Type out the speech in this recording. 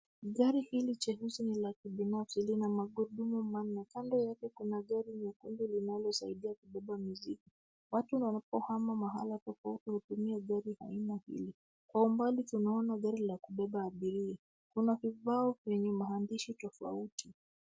Gari hili jeusi ni la kibinafsi, lina magurudumu manne. Kando yake kuna gari nyekundu linalosaidia kubeba muziki. Watu wanapohama mahala tofauti hutumia gari aina hili. Kwa mbali tunaona gari la kubeba abiria unakibao kwenye maandishi tofauti.